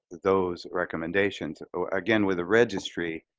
those recommendations. again, with the registry,